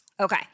Okay